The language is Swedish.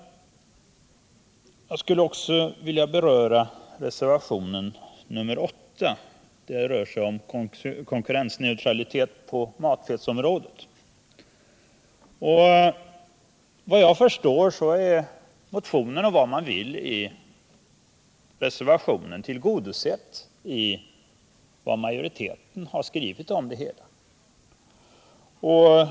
Jag skulle också vilja beröra reservationen 8, som handlar om konkurrensneutralitet på matfettsområdet. Efter vad jag förstår är motionärernas och reservanternas krav tillgodosett med vad majoriteten har skrivit.